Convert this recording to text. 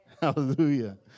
Hallelujah